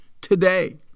today